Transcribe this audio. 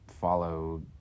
follow